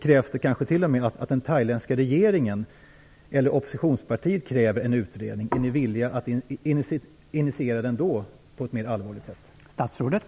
Krävs det kanske t.o.m. att den thailändska regeringen eller oppositionspartiet kräver en utredning? Är ni villiga att då initiera den på ett mer allvarligt sätt?